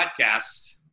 podcast